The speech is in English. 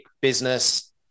business